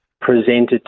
presented